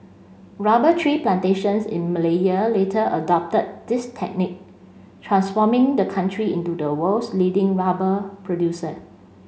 rubber tree plantations in Malaya later adopted this technique transforming the country into the world's leading rubber producer